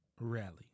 rally